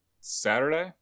Saturday